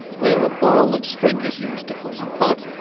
where a ball of string is used to form the pot.